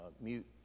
mute